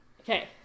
Okay